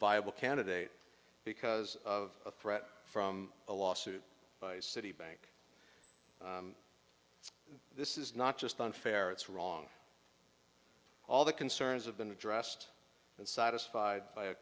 viable candidate because of a threat from a lawsuit by citibank this is not just unfair it's wrong all the concerns have been addressed and satisfied by a